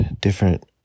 different